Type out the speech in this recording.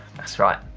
that's right,